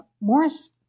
Morris